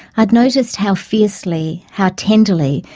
i'd noticed how fiercely, how tenderly,